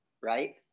right